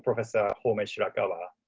professor homei shirakawa,